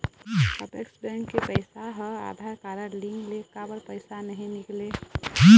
Apex bank के पैसा हा आधार कारड लिंक ले काबर नहीं निकले?